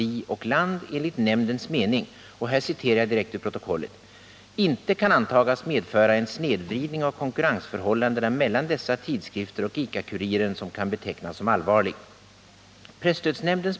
Vi och Land, enligt nämndens mening — och här citerar jag direkt ur protokollet — ”inte kan antagas medföra en snedvridning av konkurrensförhållandena mellan dessa tidskrifter och ICA-Kuriren som kan betecknas som allvarlig”.